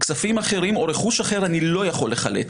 כספים אחרים או רכוש אחר, אני לא יכול לחלט.